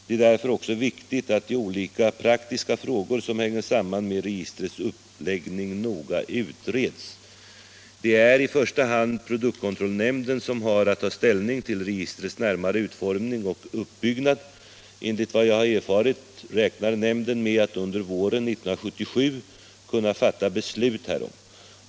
Det är därför också viktigt att de olika praktiska frågor som hänger samman med registrets uppläggning noga utreds. Det är i första hand produktkontrollnämnden som har att ta ställning till registrets närmare utformning och uppbyggnad. Enligt vad jag har erfarit räknar nämnden med att under våren 1977 kunna fatta beslut härom.